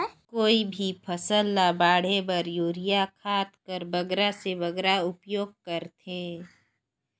कोई भी फसल ल बाढ़े बर युरिया खाद कर बगरा से बगरा उपयोग कर थें?